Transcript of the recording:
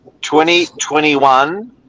2021